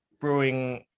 brewing